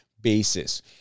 basis